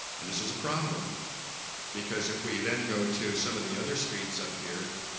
and this is a problem because if we then go to some of the other streets up here